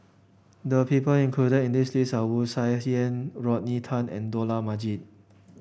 the people included in this list are Wu Tsai Yen Rodney Tan and Dollah Majid